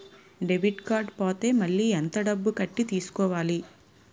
Debit card పోతే మళ్ళీ ఎంత డబ్బు కట్టి తీసుకోవాలి?